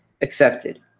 accepted